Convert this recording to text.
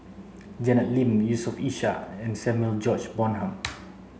Janet Lim Yusof Ishak and Samuel George Bonham